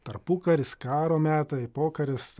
tarpukaris karo metai pokaris